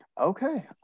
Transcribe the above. Okay